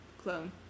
clone